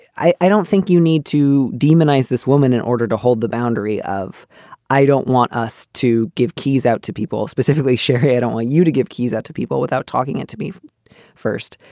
i i don't think you need to demonize this woman in order to hold the boundary of i don't want us to give keys out to people specifically. sherry, i don't want you to give keys out to people without talking it to me first.